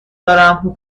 دارم